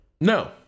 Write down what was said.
No